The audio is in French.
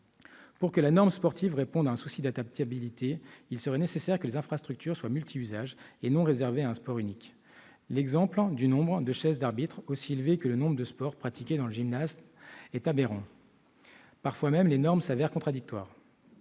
Pour que la norme sportive réponde à un souci d'adaptabilité, il serait nécessaire que les infrastructures soient multiusage et non réservées à un sport unique. L'exemple du nombre de chaises d'arbitre aussi élevé que le nombre de sports pratiqués dans le gymnase est aberrant. Il arrive même que les normes s'avèrent contradictoires.